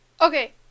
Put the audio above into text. Okay